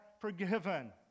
forgiven